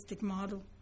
model